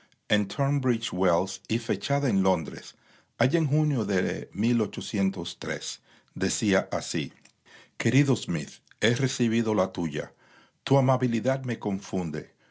wells y fechada en londres allá en junio de decía así querido smith he recibido la tuya tu ama j bilidad me confunde